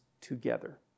together